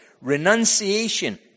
Renunciation